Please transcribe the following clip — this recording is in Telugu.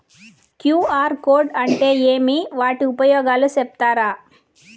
క్యు.ఆర్ కోడ్ అంటే ఏమి వాటి ఉపయోగాలు సెప్తారా?